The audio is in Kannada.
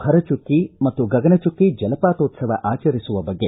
ಭರಚುಕ್ಕಿ ಮತ್ತು ಗಗನಚುಕ್ಕಿ ಜಲಪಾತೋತ್ಲವ ಆಚರಿಸುವ ಬಗ್ಗೆ